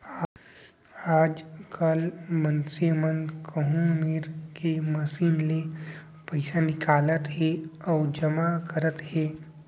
आजकाल मनसे मन कोहूँ मेर के मसीन ले पइसा निकालत हें अउ जमा करत हें